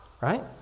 right